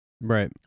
Right